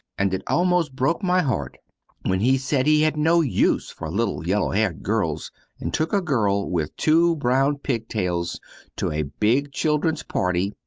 and it almost broke my heart when he said he had no use for little yellow-haired girls and took a girl with two brown pigtails to a big children's party,